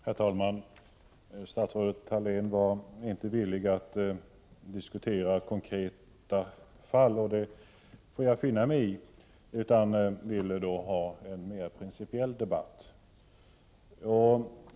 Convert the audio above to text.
Herr talman! Statsrådet Thalén var inte villig att diskutera konkreta fall — och det får jag finna mig i — utan hon ville ha en mer principiell debatt.